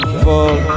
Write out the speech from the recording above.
fall